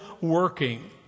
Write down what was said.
working